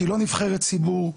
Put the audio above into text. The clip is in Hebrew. שהיא לא נבחרת ציבור,